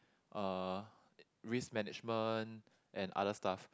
uh risk management and other stuff